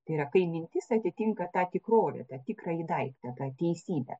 tai yra kai mintis atitinka tą tikrovę tą tikrąjį daiktą tą teisybę